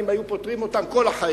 גם אם היו פותרים להם כל החיים,